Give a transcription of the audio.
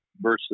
versus